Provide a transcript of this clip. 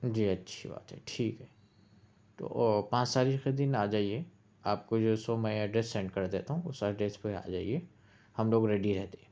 جی اچھی بات ہے ٹھیک ہے او پانچ تاریخ کے دن آ جائیے آپ کو جو ہے سو میں ایڈریس سینڈ کر دیتا ہوں اس ایڈریس پہ آ جائیے ہم لوگ ریڈی رہتے ہیں